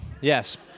Yes